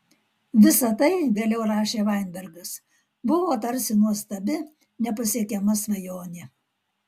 visa tai vėliau rašė vainbergas buvo tarsi nuostabi nepasiekiama svajonė